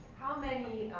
how many